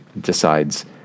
decides